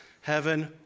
heaven